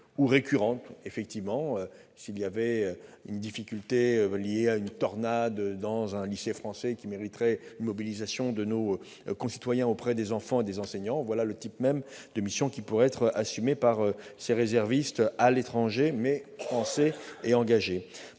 ou récurrentes, par exemple une difficulté liée à une tornade dans un lycée français qui mériterait une mobilisation de nos concitoyens auprès des enfants et des concitoyens : voilà le type même de mission qui pourrait être assumée par ces réservistes à l'étranger, Français et engagés.